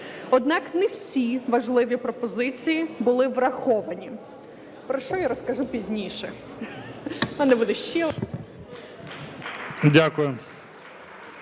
Однак не всі важливі пропозиції були враховані,